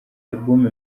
album